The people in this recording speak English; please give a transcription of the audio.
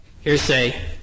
hearsay